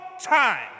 time